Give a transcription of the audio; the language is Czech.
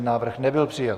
Návrh nebyl přijat.